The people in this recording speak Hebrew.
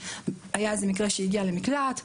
היה איזה מקרה שהיא הגיעה למקלט,